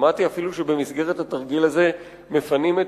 שמעתי אפילו שבמסגרת התרגיל הזה מפנים את